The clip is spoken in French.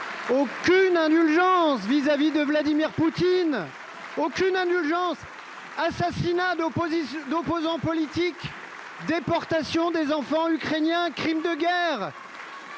aucune indulgence vis à vis de Vladimir Poutine, aucune : assassinat d’opposants politiques, déportation des enfants ukrainiens, crimes de guerre,